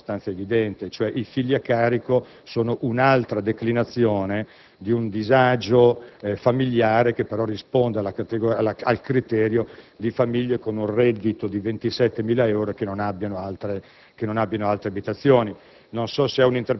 relatore, quella corretta mi sembra abbastanza evidente: i figli a carico sono un'altra declinazione di un disagio familiare che però risponde al criterio di famiglie con un reddito di 27.000 euro e che non abbiano altre abitazioni.